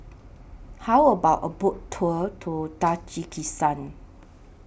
How about A Boat Tour to Tajikistan